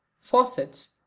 faucets